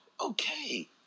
Okay